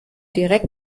direkt